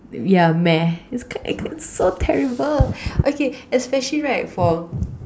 yeah meh it's so terrible okay especially right for